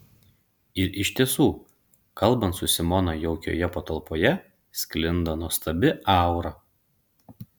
ir iš tiesų kalbant su simona jaukioje patalpoje sklinda nuostabi aura